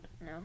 No